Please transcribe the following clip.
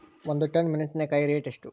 ಒಂದು ಟನ್ ಮೆನೆಸಿನಕಾಯಿ ರೇಟ್ ಎಷ್ಟು?